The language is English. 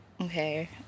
Okay